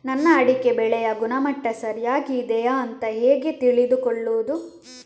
ನನ್ನ ಅಡಿಕೆ ಬೆಳೆಯ ಗುಣಮಟ್ಟ ಸರಿಯಾಗಿ ಇದೆಯಾ ಅಂತ ಹೇಗೆ ತಿಳಿದುಕೊಳ್ಳುವುದು?